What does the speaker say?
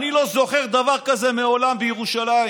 אני לא זוכר דבר כזה מעולם בירושלים.